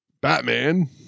Batman